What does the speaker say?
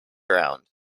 ground